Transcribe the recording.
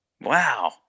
Wow